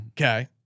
Okay